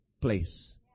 place